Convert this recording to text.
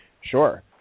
Sure